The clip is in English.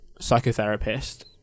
psychotherapist